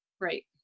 Right